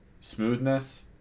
Smoothness